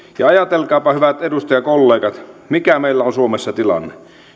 ja ajatelkaapa hyvät edustajakollegat mikä meillä on suomessa tilanne